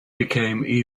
became